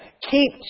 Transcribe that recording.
Keep